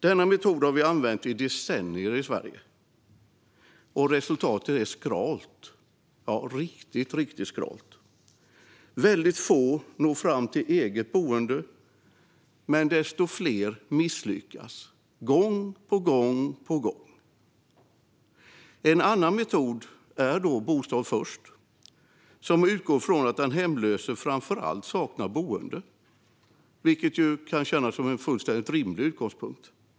Denna metod har vi använt i decennier i Sverige, och resultatet är riktigt, riktigt skralt. Det är väldigt få som når fram till eget boende, men desto fler misslyckas gång på gång. En annan metod är Bostad först, som utgår från att den hemlöse framför allt saknar boende, vilket kan kännas som en fullständigt rimlig utgångspunkt.